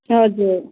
हजुर